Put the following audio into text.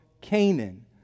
Canaan